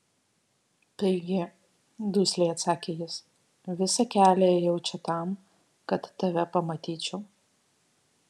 taigi dusliai atsakė jis visą kelią ėjau čia tam kad tave pamatyčiau